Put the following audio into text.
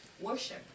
Worship